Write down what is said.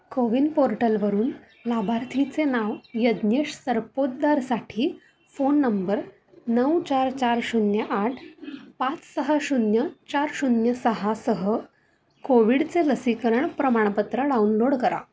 को विन पोर्टलवरून लाभार्थीचे नाव यज्ञेश सरपोतदारसाठी फोन नंबर नऊ चार चार शून्य आठ पाच सहा शून्य चार शून्य सहा सह कोविडचे लसीकरण प्रमाणपत्र डाउनलोड करा